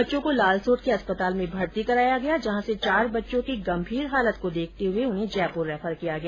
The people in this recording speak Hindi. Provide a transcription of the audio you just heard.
बच्चों को लालसोट के अस्पताल में भर्ती कराया गया जहां से चार बच्चों की गंभीर हालत देखते हुए जयपुर रैफर किया गया